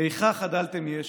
איכה חדלתם ישע!